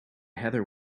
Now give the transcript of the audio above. heather